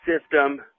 system